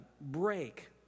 break